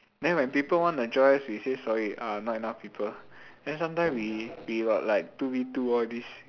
then when people want to join us we say sorry err not enough people then sometimes we we got like two V two all this